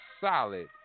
solid